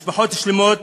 משפחות שלמות,